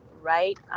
right